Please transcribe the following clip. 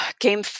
game